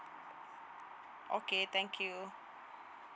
okay thank you